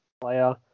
player